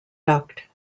duct